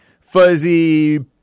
Fuzzy